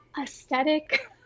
aesthetic